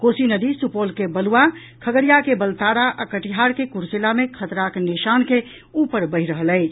कोसी नदी सुपौल के बलुआ खगड़िया के बलतारा आ कटिहार के कुर्सेला मे खतराक निशान के उपर बहि रहल अछि